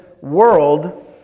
world